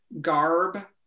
garb